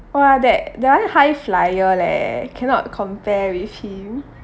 !wah! that that one high flyer leh cannot compare with him